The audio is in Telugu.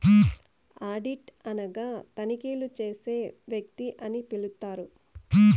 ఆడిట్ అనగా తనిఖీలు చేసే వ్యక్తి అని పిలుత్తారు